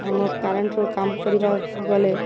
ଆମ କରେଣ୍ଟ୍ରୁ କାମ କରିବାକୁ ଗଲେ